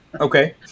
Okay